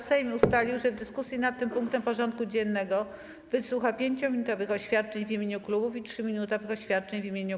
Sejm ustalił, że w dyskusji nad tym punktem porządku dziennego wysłucha 5-minutowych oświadczeń w imieniu klubów i 3-minutowych oświadczeń w imieniu kół.